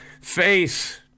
face